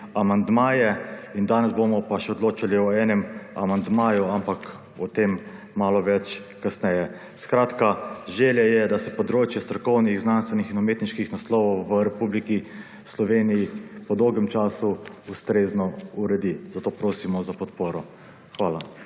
amandmaje in danes bomo odločali še o enem amandmaju, ampak o tem malo več kasneje. Skratka, želja je, da se področje strokovnih, znanstvenih in umetniških naslovov v Republiki Sloveniji po dolgem času ustrezno uredi. Zato prosimo za podporo. Hvala.